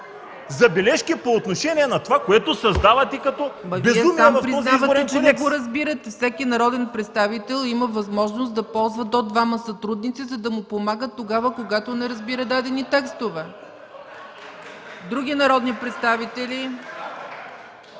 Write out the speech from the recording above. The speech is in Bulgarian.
забележки по отношение на това, което създавате като безумие в този текст.